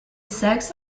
sex